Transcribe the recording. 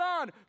on